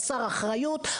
חסר אחריות.